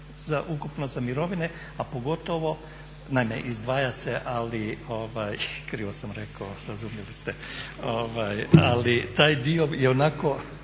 ukupno za mirovine, a pogotovo, naime izdvaja se ali krivo sam rekao, razumjeli ste, ali taj dio ionako